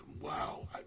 wow